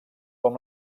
com